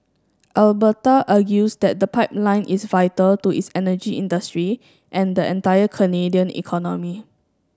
Alberta argues that the pipeline is vital to its energy industry and the entire Canadian economy